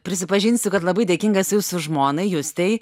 prisipažinsiu kad labai dėkinga esu jūsų žmonai justei